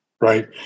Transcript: right